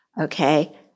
Okay